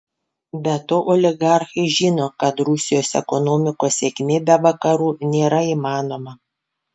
be to oligarchai žino kad rusijos ekonomikos sėkmė be vakarų nėra įmanoma